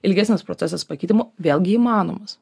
ilgesnis procesas pakitimų vėlgi įmanomas